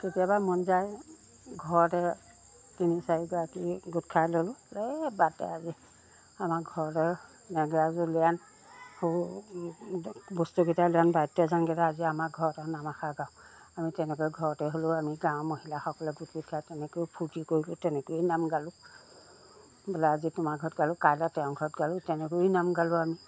কেতিয়াবা মন যায় ঘৰতে তিনি চাৰিগৰাকী গোট খাই ল'লোঁ এই বাদ দে আজি আমাৰ ঘৰতে নেগেৰাযোৰ উলিয়াই আন সৰু বস্তুকেইটা উলিয়াই আন বাদ্যযন্ত্ৰকেইটা আজি আমাৰ ঘৰতে নাম এষাৰ গাওঁ আমি তেনেকৈ ঘৰতে হ'লেও আমি গাঁওৰ মহিলাসকলে গোট পিত খাই তেনেকৈয়ো ফূৰ্তি কৰিলোঁ তেনেকৈয়ো নাম গালোঁ বোলে আজি তোমাৰ ঘৰত গালোঁ কাইলৈ তেওঁৰ ঘৰত গালোঁ তেনেকৈয়ে নাম গালোঁ আমি